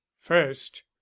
first